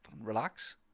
relax